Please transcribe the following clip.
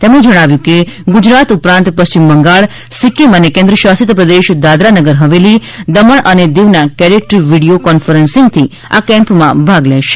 તેમણે જણાવ્યું કે ગુજરાત ઉપરાંત પશ્ચિમ બંગાળ સિક્કિમ અને કેન્દ્ર શાસિત પ્રદેશ દાદરા નગર હવેલી દમણ અને દીવના કેડેટ વિડીયો કોન્ફરન્સિંગથી આ કેમ્પમાં ભાગ લેશે